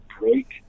break